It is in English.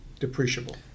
depreciable